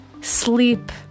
sleep